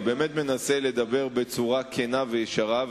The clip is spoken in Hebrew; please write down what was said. אני באמת מנסה לדבר בצורה כנה וישרה,